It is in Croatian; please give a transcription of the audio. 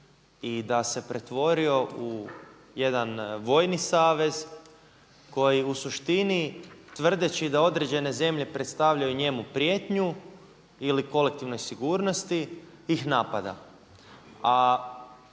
i da se pretvorio u jedan vojni savez koji u suštini tvrdeći da određene zemlje predstavljaju njemu prijetnju ili kolektivnoj sigurnosti ih napada.